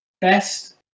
Best